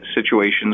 situations